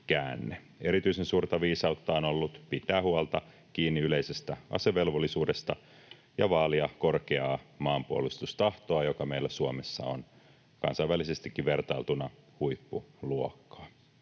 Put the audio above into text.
Erityisen suurta viisautta on ollut pitää kiinni yleisestä asevelvollisuudesta ja vaalia korkeaa maanpuolustustahtoa, joka meillä Suomessa on kansainvälisestikin vertailtuna huippuluokkaa.